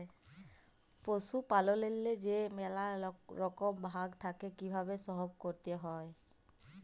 পশুপাললেল্লে যে ম্যালা রকম ভাগ থ্যাকে কিভাবে সহব ক্যরতে হয়